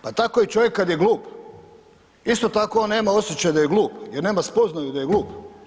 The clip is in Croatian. Pa tako i čovjek kad je glup, isto tako on nema osjećaj da je glup jer nema spoznaju da je glup.